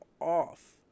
off